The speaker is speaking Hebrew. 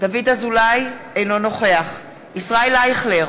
אינו נוכח ישראל אייכלר,